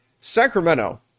Sacramento